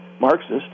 marxist